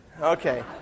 Okay